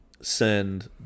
send